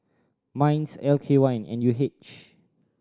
MINDS L K Y N U H